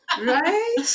Right